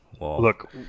Look